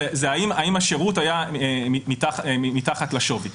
זה האם השירות היה מתחת לשווי.